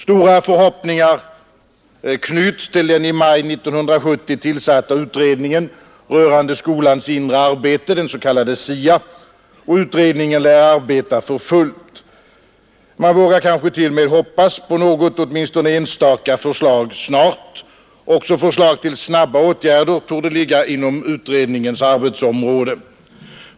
Stora förhoppningar knyts till den i maj 1970 tillsatta utredningen rörande skolans inre arbete, den s.k. SIA, och utredningen lär arbeta för fullt. Man vågar kanske t.o.m. hoppas på åtminstone något enstaka förslag snart; också förslag till snabba åtgärder torde ligga inom utredningens arbetsområde.